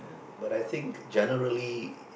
but I think generally